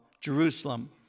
Jerusalem